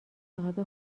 صاحب